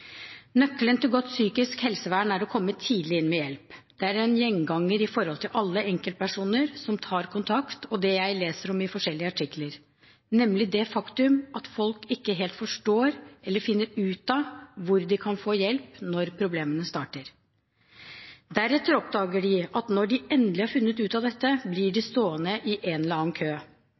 Nøkkelen til godt psykisk helsevern er å komme tidlig inn med hjelp. Det er en gjenganger for alle enkeltpersoner som tar kontakt, og det jeg leser om i forskjellige artikler, nemlig det faktum at folk ikke helt forstår eller finner ut av hvor de kan få hjelp når problemene starter. Deretter oppdager de at når de endelig har funnet ut av dette, blir de stående i en eller annen kø.